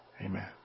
Amen